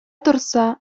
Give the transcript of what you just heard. торса